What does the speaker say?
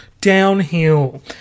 downhill